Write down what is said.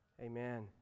amen